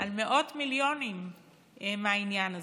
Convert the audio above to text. על מאות מיליונים מהעניין הזה.